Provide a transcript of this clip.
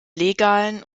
legalen